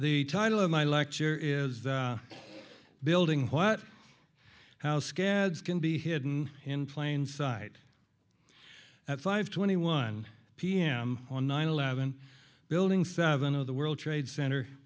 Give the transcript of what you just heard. the title of my lecture is the building what house gad can be hidden in plain sight at five twenty one pm on nine eleven building seven of the world trade center